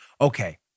okay